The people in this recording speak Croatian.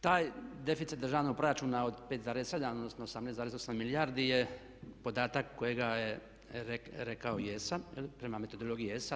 Taj deficit državnog proračuna od 5,7, odnosno 18,8 milijardi je podatak kojega je rekao jesam prema metodologiji ESA.